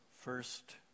first